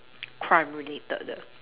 crime related 的：de